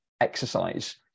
exercise